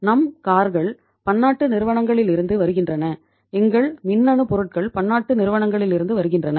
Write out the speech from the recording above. நம் கார்கள் பன்னாட்டு நிறுவனங்களிலிருந்து வருகின்றன எங்கள் மின்னணு பொருட்கள் பன்னாட்டு நிறுவனங்களிலிருந்து வருகின்றன